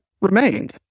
remained